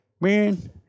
man